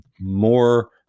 More